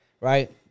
right